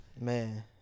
Man